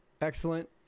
excellent